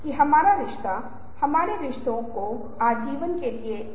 यह एक और दिलचस्प सवाल है जो आप खुद से पूछ रहे होंगे